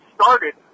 started